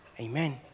Amen